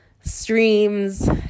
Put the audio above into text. streams